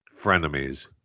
frenemies